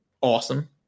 awesome